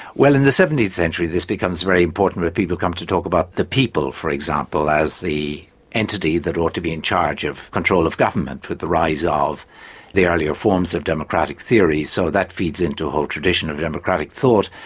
well, in the seventeenth century this becomes very important where people come to talk about the people for example as the entity that ought to be in charge of control of government with the rise ah of the earlier forms of democratic theory, so that feeds into a whole tradition of democratic thought,